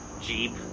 Jeep